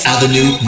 Avenue